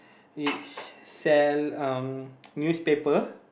it sells newspaper